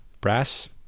brass